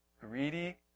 Greedy